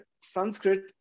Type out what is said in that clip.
Sanskrit